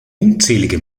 unzählige